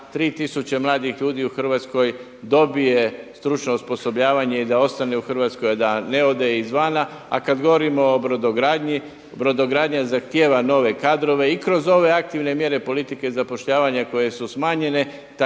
tisuće mladih ljudi u Hrvatskoj dobije stručno osposobljavanje i da ostane u Hrvatskoj da ne ode izvana. A kada govorimo o brodogradnji, brodogradnja zahtjeva nove kadrove i kroz ove aktivne mjere politike zapošljavanja koje su smanjenje